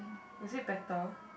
is it better